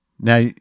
Now